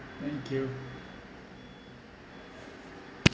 thank you